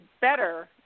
better